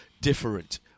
different